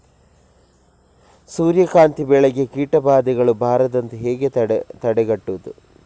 ಸೂರ್ಯಕಾಂತಿ ಬೆಳೆಗೆ ಕೀಟಬಾಧೆಗಳು ಬಾರದಂತೆ ಹೇಗೆ ತಡೆಗಟ್ಟುವುದು?